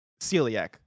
Celiac